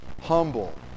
humble